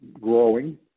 growing